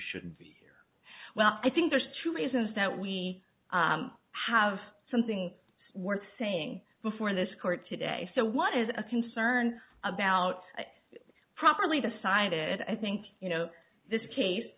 should well i think there's two reasons that we have something worth saying before this court today so what is a concern about it properly decided i think you know this case